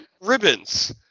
ribbons